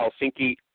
Helsinki